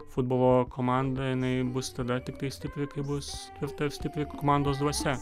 futbolo komanda jinai bus tada tiktai stipri kai bus ir ta stipri komandos dvasia